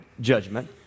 judgment